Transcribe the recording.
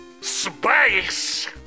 Space